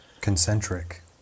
Concentric